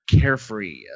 carefree